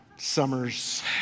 summers